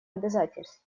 обязательств